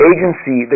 Agency